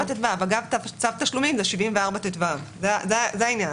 אגב, צו תשלומים זה 74טו. זה העניין.